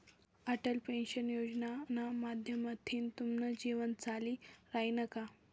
Atal pension योजनाना माध्यमथीन तुमनं जीवन चाली रायनं का?